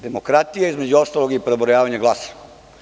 Demokratija je i između ostalog i prebrojavanje glasova.